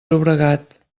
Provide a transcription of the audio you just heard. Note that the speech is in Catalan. llobregat